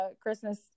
Christmas